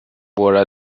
våra